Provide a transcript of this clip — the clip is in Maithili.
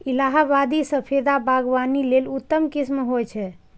इलाहाबादी सफेदा बागवानी लेल उत्तम किस्म होइ छै